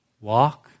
walk